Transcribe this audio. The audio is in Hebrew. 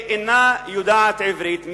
שאינה יודעת עברית,